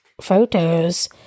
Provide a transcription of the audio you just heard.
photos